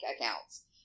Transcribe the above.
accounts